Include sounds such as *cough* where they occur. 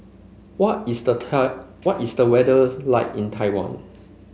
what is the *unintelligible* what is the weather like in Taiwan